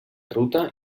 ruta